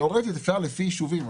תיאורטית אפשר לפי יישובים,